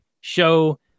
show